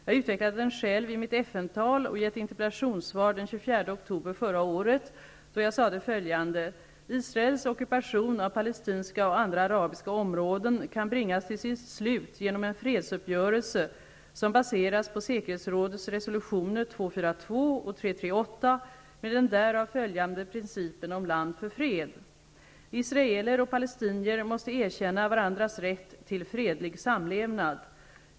Jag utvecklade den själv i mitt FN-tal och i ett interpellationssvar den 24 oktober förra året, då jag sade följande: ''Israels ockupation av palestinska och andra arabiska områden kan bringas till sitt slut genom en fredsuppgörelse, som baseras på säkerhetsrådets resolutioner 242 och 338 med den därav följande principen om land för fred. Israeler och palestinier måste erkänna varandras rätt till fredlig samlevnad.